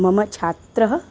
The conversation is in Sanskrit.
मम छात्रः